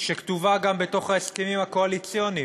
שכתובה גם בתוך ההסכמים הקואליציוניים,